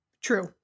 True